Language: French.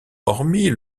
hormis